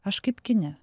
aš kaip kine